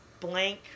blank